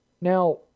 Now